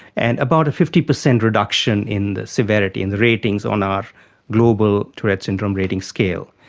and about a fifty percent reduction in the severity, in the ratings on our global tourette's syndrome rating scale.